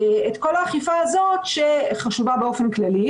את כל האכיפה הזאת שחשובה באופן כללי,